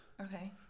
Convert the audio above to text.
Okay